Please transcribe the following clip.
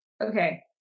okay